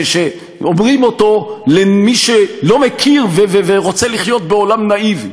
שאומרים למי שלא מכיר ורוצה לחיות בעולם נאיבי,